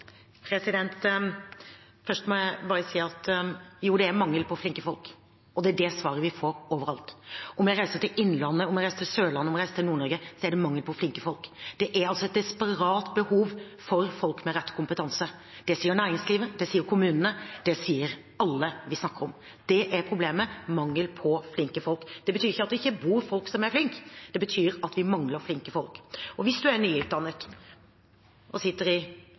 Først må jeg si: Jo, det er mangel på flinke folk. Det er svaret vi får overalt. Om jeg reiser til Innlandet, Sørlandet eller Nord-Norge, er det mangel på flinke folk. Det er et desperat behov for folk med rett kompetanse. Det sier næringslivet, det sier kommunene – det sier alle vi snakker med. Det er problemet: mangel på flinke folk. Det betyr ikke at det ikke bor folk som er flinke der; det betyr at vi mangler flinke folk. Hvis man er nyutdannet og sitter i